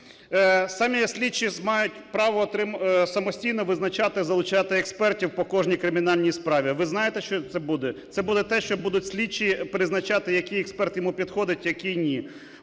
Самі слідчі мають право самостійно визначати, залучати експертів по кожній кримінальній справі. Ви знаєте, що це буде? Це буде те, що будуть слідчі призначати, який експерт йому підходить, який – ні.